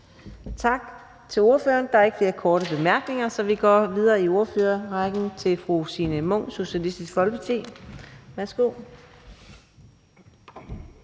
Tak til ordføreren. Der er ikke flere korte bemærkninger. Så vi går videre i ordførerrækken til fru Samira Nawa, Radikale Venstre. Værsgo.